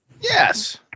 Yes